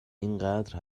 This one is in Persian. اینقدر